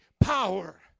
power